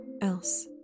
else